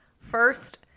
First